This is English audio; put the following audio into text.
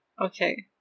Okay